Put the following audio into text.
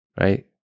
right